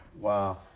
Wow